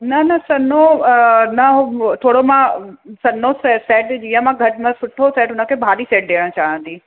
न न संनो न हो थोरो मां संनो सैट सैट जीअं मां घटि में सुठो सैट हुनखे भारी सैट ॾियण चाहियां थी